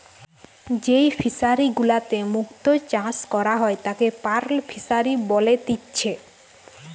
যেই ফিশারি গুলাতে মুক্ত চাষ করা হয় তাকে পার্ল ফিসারী বলেতিচ্ছে